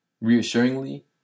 reassuringly